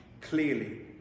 clearly